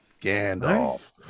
Gandalf